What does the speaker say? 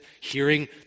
hearing